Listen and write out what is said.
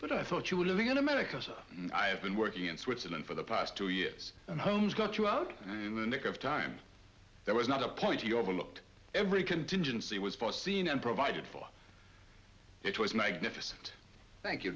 but i thought you were living in america and i've been working in switzerland for the past two years and holmes got you out in the nick of time there was not a point you overlooked every contingency was foreseen and provided for it was magnificent thank you